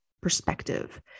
perspective